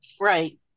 right